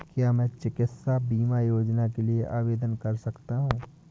क्या मैं चिकित्सा बीमा योजना के लिए आवेदन कर सकता हूँ?